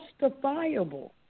justifiable